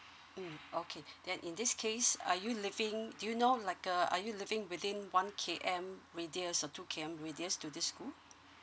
mm okay then in this case are you living do you know like uh are you living within one K_M radius or two K_M radius to this school